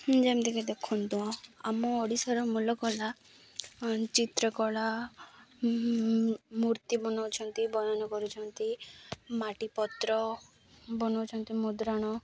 ଯେମିତିକି ଦେଖନ୍ତୁ ଆମ ଓଡ଼ିଶାର ମୂଲ କଲା ଚିତ୍ରକଳା ମୂର୍ତ୍ତି ବନଉଛନ୍ତି ବନନ କରୁଛନ୍ତି ମାଟିପତ୍ର ବନଉଛନ୍ତି ମୁଦ୍ରାଣ